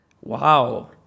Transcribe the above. Wow